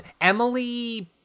Emily